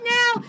now